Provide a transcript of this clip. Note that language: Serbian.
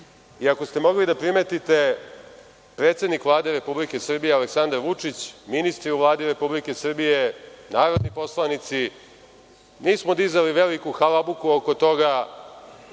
Ako ste mogli da primetite, predsednik Vlade Republike Srbije Aleksandar Vučić, ministri u Vladi Republike Srbije, narodni poslanici, nismo dizali veliku halabuku oko toga